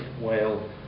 Whale